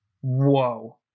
Whoa